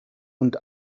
und